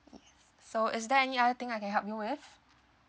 so is there any other thing I can help you with